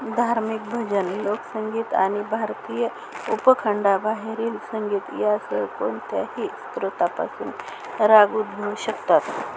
धार्मिक भजन लोकसंगीत आणि भारतीय उपखंडाबाहेरील संगीत या सह कोणत्याही स्त्रोतापासून राग उदभवू शकतात